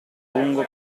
lungo